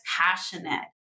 passionate